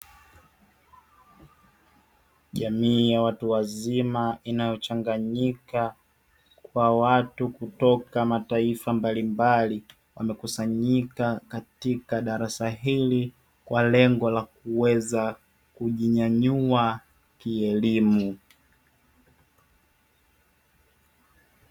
Jamii ya watu wazima inayochanganyika kwa watu kutoka mataifa mbalimbali, wamekusanyika katika darasa hili kwa lengo kuweza kujinyanyua kielimu.